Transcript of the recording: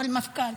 אבל מפכ"ל,